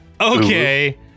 okay